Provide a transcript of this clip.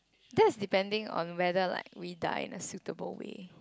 that's depending on whether like we die in a suitable way